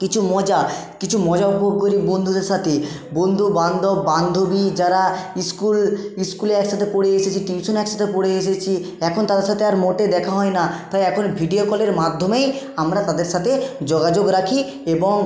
কিছু মজা কিছু মজা উপভোগ করি বন্ধুদের সাথে বন্ধুবান্ধব বান্ধবী যারা স্কুল স্কুলে একসাথে পড়ে এসেছি টিউশন একসাথে পড়ে এসেছি এখন তাদের সাথে আর মোটে দেখা হয় না তাই এখন ভিডিও কলের মাধ্যমেই আমরা তাদের সাথে যোগাযোগ রাখি এবং